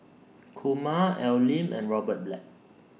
Kumar Al Lim and Robert Black